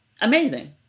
amazing